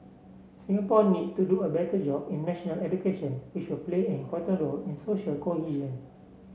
Singapore needs to do a better job in national education which will play an important role in social cohesion